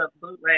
bootleg